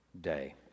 day